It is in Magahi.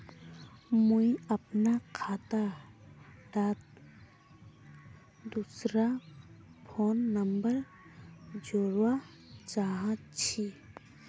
मुई अपना खाता डात दूसरा फोन नंबर जोड़वा चाहची?